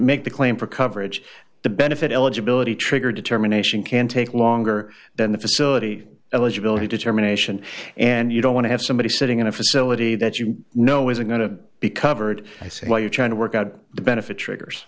make the claim for coverage the benefit eligibility trigger determination can take longer than the facility eligibility determination and you don't want to have somebody sitting in a facility that you know isn't going to be covered i say while you're trying to work out the benefit triggers